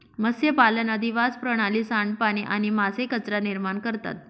मत्स्यपालन अधिवास प्रणाली, सांडपाणी आणि मासे कचरा निर्माण करता